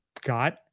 got